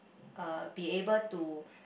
uh be able to